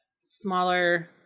smaller